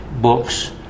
books